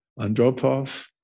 Andropov